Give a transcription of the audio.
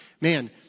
Man